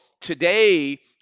today